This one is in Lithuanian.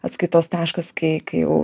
atskaitos taškas kai kai jau